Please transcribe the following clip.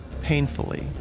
painfully